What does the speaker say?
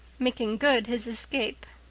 making good his escape.